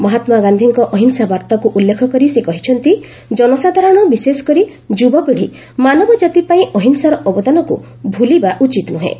ମହାତ୍ମାଗାନ୍ଧିଙ୍କ ଅହିଂସା ବାର୍ତ୍ତାକୁ ଉଲ୍ଲେଖ କରି ସେ କହିଛନ୍ତି ଜନସାଧାରଣ ବିଶେଷକରି ଯୁବପିଢ଼ି ମାନବ ଜାତିପାଇଁ ଅହିଂସାର ଅବଦାନକୁ ଭୁଲିବା ଉଚିତ ନୁହେଁ